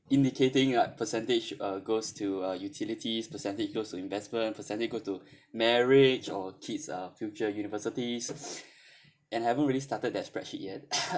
indicating what percentage uh goes to uh utilities percentage goes to investment percentage goes to marriage or kids uh future universities and I haven't really started that spreadsheet yet